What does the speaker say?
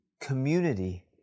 community